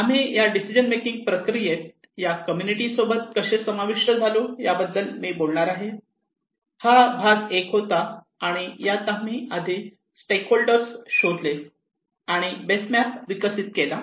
आम्ही या decision making प्रक्रियेत या कम्युनिटीज सोबत कसे समाविष्ट झालो याबद्दल मी बोलणार आहे हा भाग 1 होता आणि यात आम्ही आधी स्टेकहोल्डर्स शोधले आणि बेस मॅप विकसित केला